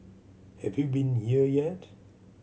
have you been here yet